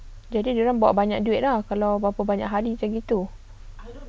jadi dia orang bawa banyak duit ah kalau berapa banyak hari macam gitu